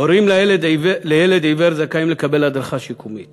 הורים לילד עיוור זכאים לקבל הדרכה שיקומית